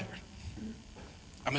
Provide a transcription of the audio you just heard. there i'm